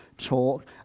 talk